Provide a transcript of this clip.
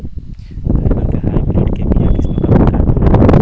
बैगन के हाइब्रिड के बीया किस्म क प्रकार के होला?